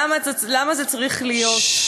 למה זה צריך להיות?